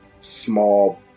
small